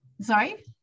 sorry